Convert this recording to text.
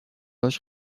هاش